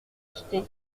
acheter